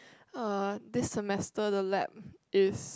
uh this semester the lab is